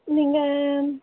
நீங்கள்